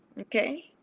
okay